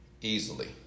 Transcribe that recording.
easily